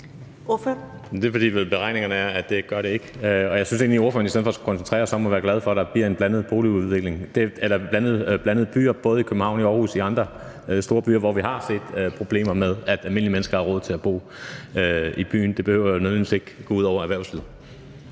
er vel, fordi beregningerne er, at det gør det ikke, og jeg synes egentlig, at ordføreren i stedet for skulle koncentrere sig om at være glad for, at der bliver blandede byer, både i København og i Aarhus og i andre storbyer, hvor vi har set problemer med, at almindelige mennesker ikke har råd til at bo i byen. Det behøver jo ikke nødvendigvis at gå ud over erhvervslivet.